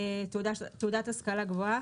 תעודת השכלה גבוהה,